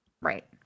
Right